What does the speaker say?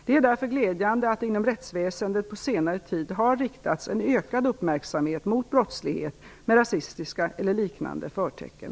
Det är därför glädjande att det inom rättsväsendet på senare tid har riktats en ökad uppmärksamhet mot brottslighet med rasistiska eller liknande förtecken.